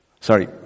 Sorry